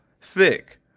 thick